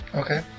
okay